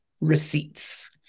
Receipts